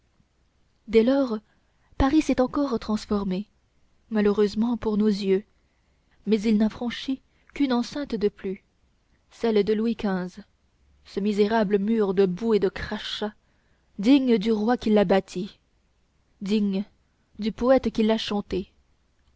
depuis lors paris s'est encore transformé malheureusement pour nos yeux mais il n'a franchi qu'une enceinte de plus celle de louis xv ce misérable mur de boue et de crachat digne du roi qui l'a bâti digne du poète qui l'a chanté